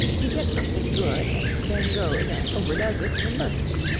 he gets something good and then goes and overdoes it and bursts.